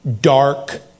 Dark